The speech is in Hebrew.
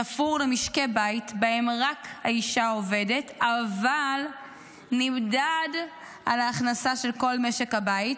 תפור למשקי בית שבהם רק האישה עובדת אבל נמדד על ההכנסה של כל משק הבית,